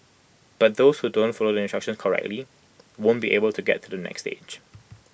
but those who don't follow the instructions correctly won't be able to get to the next stage